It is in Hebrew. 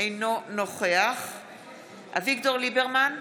אינו נוכח אביגדור ליברמן,